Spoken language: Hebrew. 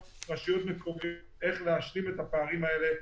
רשויות מקומיות איך להשלים את הפערים האלה,